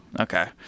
Okay